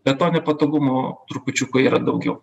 be to nepatogumo trupučiuką yra daugiau